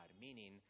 meaning